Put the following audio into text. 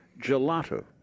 gelato